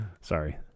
Sorry